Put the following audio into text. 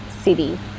city